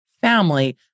family